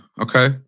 Okay